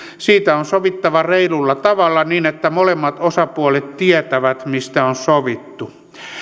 siitä on sovittava reilulla tavalla niin että molemmat osapuolet tietävät mistä on sovittu